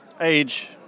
Age